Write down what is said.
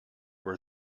were